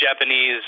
Japanese